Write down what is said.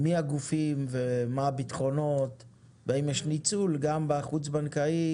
מי הגופים ומה הביטחונות והאם יש ניצול גם בחוץ בנקאי,